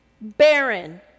barren